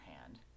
hand